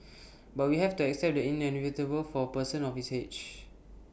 but we have to accept the inevitable for A person of his age